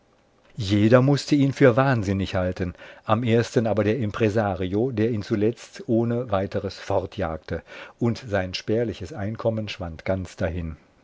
jeder mußte ihn für wahnsinnig halten am ersten aber der impresario der ihn zuletzt ohne weiteres fortjagte und sein spärliches einkommen schwand ganz dahin